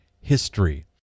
history